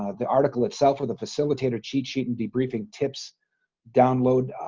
ah the article itself or the facilitator cheat sheet and debriefing tips download